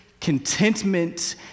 contentment